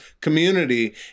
community